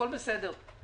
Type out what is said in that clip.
הכול בסדר,